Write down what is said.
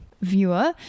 viewer